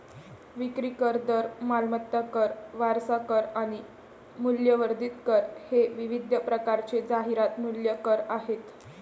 विक्री कर, दर, मालमत्ता कर, वारसा कर आणि मूल्यवर्धित कर हे विविध प्रकारचे जाहिरात मूल्य कर आहेत